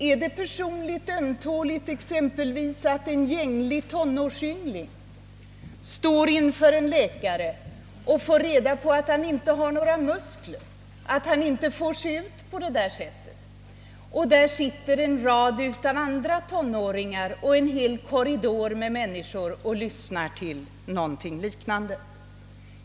Är det personligt ömtåligt exempelvis att en gänglig tonårsyngling står inför en läkare och får reda på att han inte har några muskler, att han inte får se ut på det där sättet? Omkring honom sitter en rad andra tonåringar, och en hel korridor med människor lyssnar också på någonting liknande.